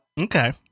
Okay